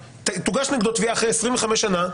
תוגש נגדו תביעה אחרי 25 שנה.